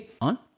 on